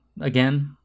again